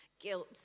guilt